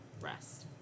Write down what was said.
rest